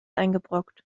eingebrockt